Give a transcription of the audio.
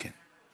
כן.